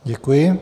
Děkuji.